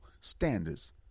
standards